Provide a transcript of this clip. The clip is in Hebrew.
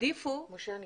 הם